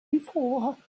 before